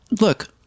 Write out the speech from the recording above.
Look